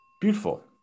Beautiful